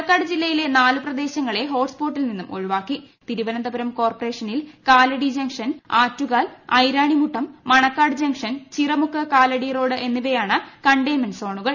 പാലക്കാട് ജില്ലയില്ല നാല് പ്രദേശങ്ങളെ ഹോട്ട് സ്പോട്ടിൽ നിന്ന് ഒഴിവാക്കിം ് തിരുവനന്തപുരം കോർപ്പറേഷനിൽ Kaladi junction Attukal Iranimuttam Manacaud junction Chiramukku Kaladi road എന്നിവയാണ് കണ്ടയ്മെന്റ് സോണുകൾ